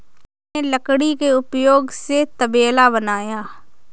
मैंने लकड़ी के उपयोग से तबेला बनाया